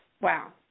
Wow